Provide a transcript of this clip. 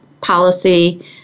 policy